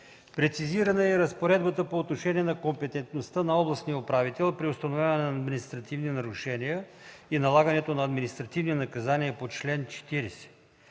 Прецизирана е и разпоредбата по отношение на компетентността на областния управител при установяване на административни нарушения и налагането на административни наказания по чл. 40.